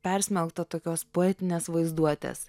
persmelkta tokios poetinės vaizduotės